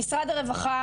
הרווחה,